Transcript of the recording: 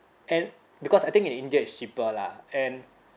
and because I think in india it's cheaper lah and